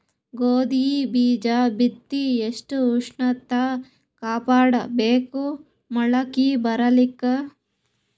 ಗೋಧಿ ಬೀಜ ಬಿತ್ತಿ ಎಷ್ಟ ಉಷ್ಣತ ಕಾಪಾಡ ಬೇಕು ಮೊಲಕಿ ಬರಲಿಕ್ಕೆ?